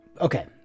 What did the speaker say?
Okay